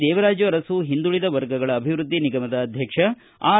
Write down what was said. ದೇವರಾಜು ಅರಸು ಹಿಂದುಳಿದ ವರ್ಗಗಳ ಅಭಿವೃದ್ದಿ ನಿಗಮದ ಅಧ್ಯಕ್ಷ ಆರ್